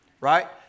right